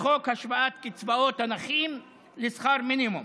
חוק השוואת קצבאות הנכים לשכר המינימום.